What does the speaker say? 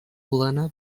plena